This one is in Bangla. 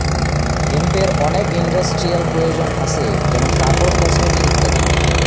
হেম্পের অনেক ইন্ডাস্ট্রিয়াল প্রয়োজন হাছে যেমন কাপড়, কসমেটিকস ইত্যাদি